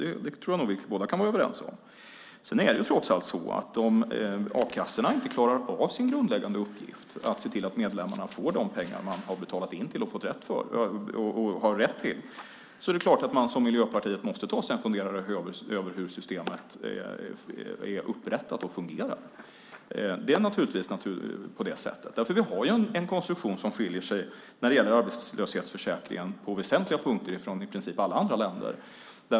Det tror jag att vi kan vara överens om. Om a-kassorna inte klarar av sin grundläggande uppgift - att se till att medlemmarna får de pengar de har betalat in och har rätt till - måste man som Miljöpartiet ta sig en funderare över hur systemet är upprättat och fungerar. Vi har en konstruktion som skiljer sig när det gäller arbetslöshetsförsäkringen på väsentliga punkter från i princip alla andra länders.